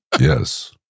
yes